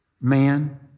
man